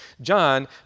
John